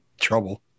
Trouble